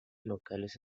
locales